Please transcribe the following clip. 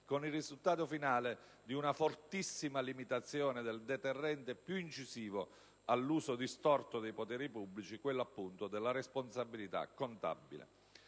Con il risultato finale di una fortissima limitazione del deterrente più incisivo all'uso distorto dei poteri pubblici, quello appunto della responsabilità contabile.